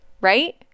Right